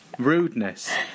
rudeness